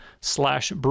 slash